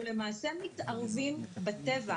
אנחנו למעשה מתערבים בטבע.